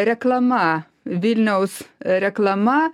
reklama vilniaus reklama